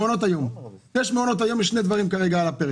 מעונות היום: יש שני דברים כרגע על הפרק